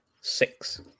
Six